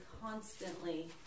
constantly